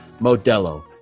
Modelo